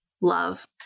love